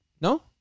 No